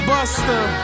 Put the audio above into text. Buster